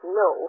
no